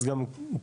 אז גם פה,